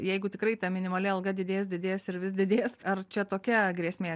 jeigu tikrai ta minimali alga didės didės ir vis didės ar čia tokia grėsmė